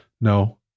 no